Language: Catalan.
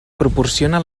proporciona